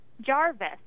Jarvis